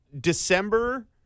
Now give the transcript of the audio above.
December